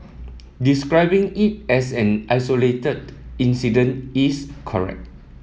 describing it as an isolated incident is correct